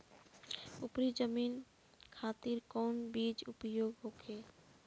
उपरी जमीन खातिर कौन बीज उपयोग होखे?